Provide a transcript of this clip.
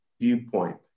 viewpoint